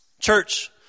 Church